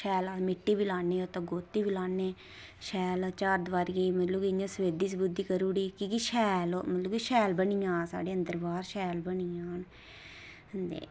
शैल मिट्टी बी लान्ने उत्त गोत्ती बी लान्न चारदिवारी गी मतलब इंया सफेदी करी ओड़ी जेह्की शैल मतलब कि शैल बनी आ साढ़ी ते अंदर बाह्र शैल बनी जाह्न ते